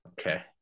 Okay